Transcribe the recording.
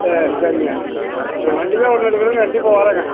சரி சரிங்க எனக்கு வண்டி தான் ஒன்று எடுக்கணும் கண்டிப்பாக வரேங்க